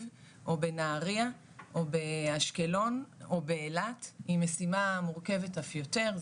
או בנהריה או באשקלון או באילת היא משימה מורכבת אף יותר,